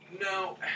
No